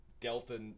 Delta